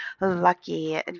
lucky